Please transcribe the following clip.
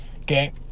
okay